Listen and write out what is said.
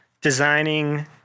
designing